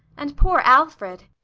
and poor alfred!